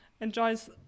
Enjoys